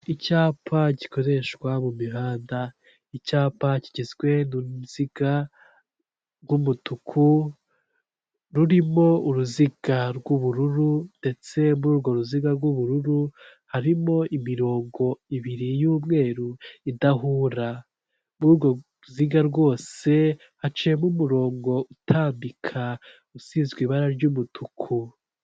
Icyapa gikoreshwa mu mihanda icyapa kigizwe nuruziga rw'umutuku rurimo uruziga rw'ubururu ndetse muri urwo ruziga rw'ubururu harimo imirongo ibiri y'umweru idahura muri urwo ruziga rwose hacibwa umurongo utambika usizwe ibara ry'umutuku .